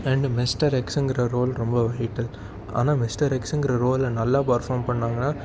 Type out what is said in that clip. and mister எக்ஸுங்கிற role ரொம்ப weight ஆனால் மிஸ்டர் எக்ஸுங்கிற ரோலை நல்லா பர்ஃபார்ம் பண்ணாங்கன்னால்